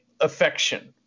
affection